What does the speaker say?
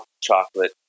chocolate